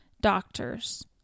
doctors